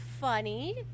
funny